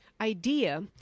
idea